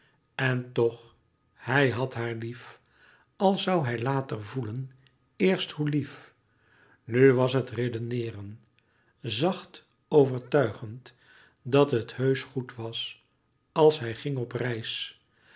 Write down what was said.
en toch hij had haar lief al zoû hij later voelen eerst hoe lief nu was het redeneeren zacht overtuigend dat het heusch goed was als hij ging op reis